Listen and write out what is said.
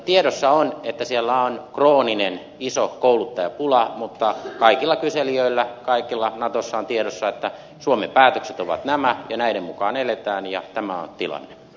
tiedossa on että siellä on krooninen iso kouluttajapula mutta kaikilla kyselijöillä kaikilla natossa on tiedossa että suomen päätökset ovat nämä ja näiden mukaan eletään ja tämä on tilanne